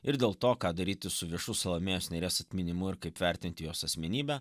ir dėl to ką daryti su viešu salomėjos nėries atminimu ir kaip vertinti jos asmenybę